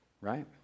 right